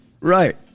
Right